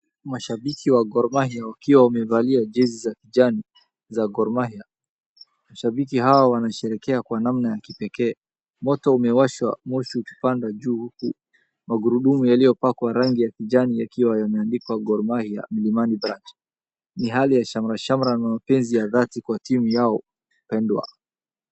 Mashabiki wa Gor Mahia wakiwa wamevalia jezi za kijani za Gor Mahia shabiki hawa wanasherekea kwa namna ya kipekee moto umewashwa moshi ukipanda juu .Magurudumu yaliyopakwa rangi ya kijani yakiwa yameandikwa Gor Mahia Mlimani branch ni hali ya shamrshamra na mapenzi ya dhadi kwa timu yao wapendwa.